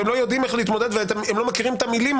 והם לא יודעים איך להתמודד והם לא מכירים את המילים: